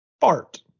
Fart